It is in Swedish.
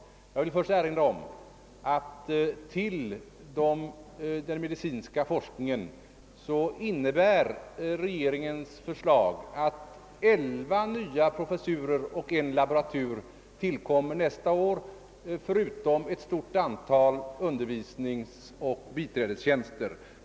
Först vill jag erinra om att regeringens förslag beträffande den medicinska forskningen innebär, att elva nya professurer och en laboratur tillkommer nästa år förutom ett stort antal undervisningsoch biträdestjänster.